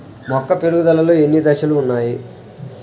మొక్క పెరుగుదలలో ఎన్ని దశలు వున్నాయి?